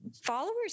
followers